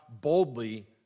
boldly